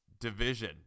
division